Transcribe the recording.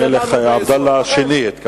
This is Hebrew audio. המלך עבדאללה השני, התכוונת.